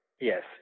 Yes